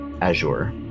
Azure